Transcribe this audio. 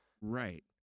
Right